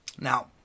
Now